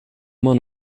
immer